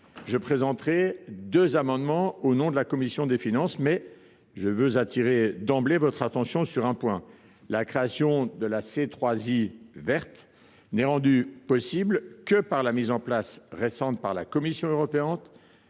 Je présenterai deux amendements au nom de la commission des finances, mais je veux attirer d’emblée votre attention sur un point, mes chers collègues : la création de la C3IV n’est rendue possible que par la mise en place récente par la Commission européenne